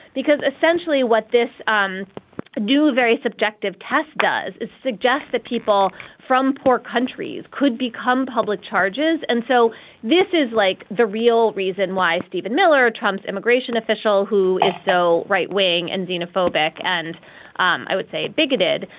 because essentially what this um do very subjective test does is suggest that people from poor countries could become public charges. and so this is like the real reason why stephen miller, trump's immigration official, who is so right wing and xenophobic and um i would say bigoted.